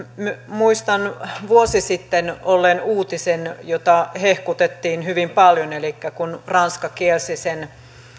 muistan vuosi sitten olleen uutisen jota hehkutettiin hyvin paljon kun ranska kielsi sen